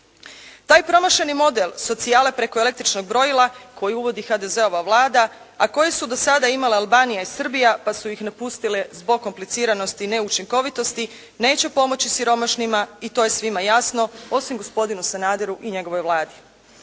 Taj promašeni model, socijala preko električnog brojila koji uvodi HDZ-ova Vlada, a koji su do sada imele Albanija i Srbija, pa su ih napustile zbog kompliciranosti i neučinkovitosti, neće pomoći siromašnima i to je svima jasno, osim gospodinu Sanaderu i njegovoj Vladi.